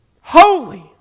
Holy